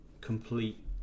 complete